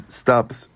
stops